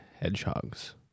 hedgehogs